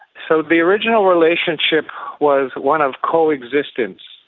so the original relationship was one of coexistence.